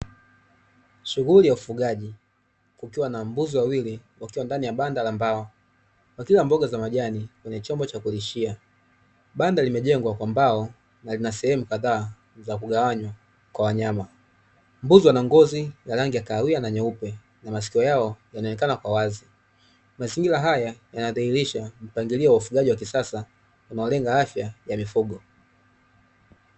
Shughuli ya ufugaji kukiwa na mbuzi wawili wakiwa ndani ya banda la mbao, wakila mboga za majani kwenye chombo cha kulishia. Banda limejengwa kwa mbao na lina sehemu kadhaa za kugawanywa kwa wanyama. Mbuzi wana ngozi ya rangi ya kahawia na nyeupe na maskio yao yanaonekana kwa wazi. Mazingira haya yanadhihirisha mpangilio wa ufugaji wa kisasa unaolenga afya ya mifugo.